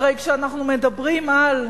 הרי כשאנחנו מדברים על מורה,